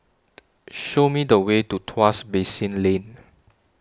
Show Me The Way to Tuas Basin Lane